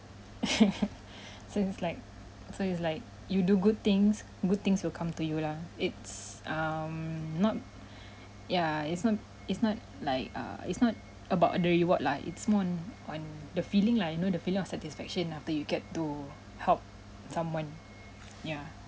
seems like so it's like you do good things good things will come to you lah it's um not ya it's not it's not like err it's not about the reward lah it's more on on the feeling lah you know the feeling of satisfaction after you get to help someone ya